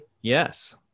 Yes